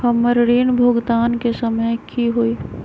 हमर ऋण भुगतान के समय कि होई?